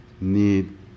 need